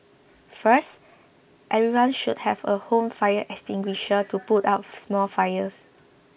first everyone should have a home fire extinguisher to put out small fires